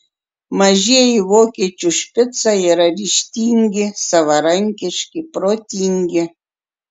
mažieji vokiečių špicai yra ryžtingi savarankiški protingi